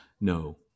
no